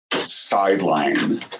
sideline